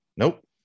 Nope